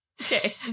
Okay